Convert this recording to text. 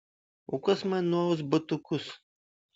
o kas man nuaus batukus